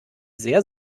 sehr